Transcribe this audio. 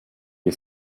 nie